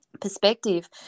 perspective